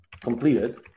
Completed